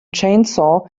chainsaw